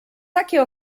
takie